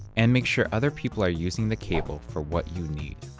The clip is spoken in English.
and make sure other people are using the cable for what you need.